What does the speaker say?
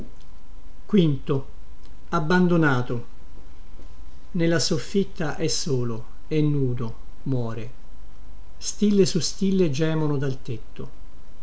lenta lenta nella soffitta è solo è nudo muore stille su stille gemono dal tetto